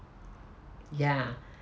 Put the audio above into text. ya